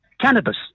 cannabis